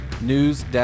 news